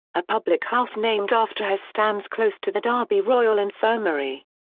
a public house named after her stands close to the derby royal infirmary.